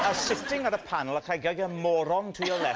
sitting on panel, like yeah moron to your left.